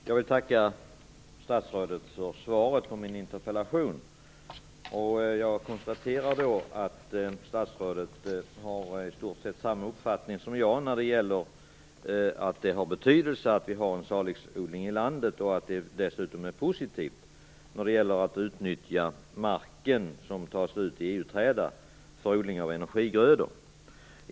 Fru talman! Jag vill tacka statsrådet för svaret på min interpellation. Jag konstaterar att statsrådet har i stort sett samma uppfattning som jag när det gäller betydelsen av en salixodling i landet och att det dessutom är positivt när det gäller att utnyttja den mark som tas ut i EU-träda för odling av energigrödor.